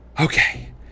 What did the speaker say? Okay